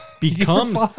becomes